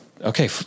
okay